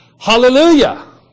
Hallelujah